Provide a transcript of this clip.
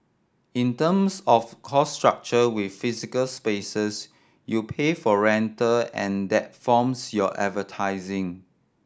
in terms of cost structure with physical spaces you pay for rental and that forms your advertising